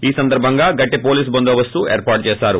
ఈ సందర్బంగా గట్టి పోలీస్ బందో బస్తు ఏర్పాటు చేసారు